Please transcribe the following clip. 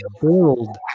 build